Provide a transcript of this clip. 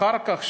אחר כך,